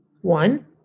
one